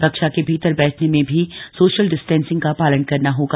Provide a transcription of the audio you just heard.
कक्षा के भीतर बछने में भी सोशल डिस्टेंसिंग का पालन करना होगा